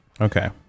Okay